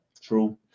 True